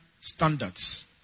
standards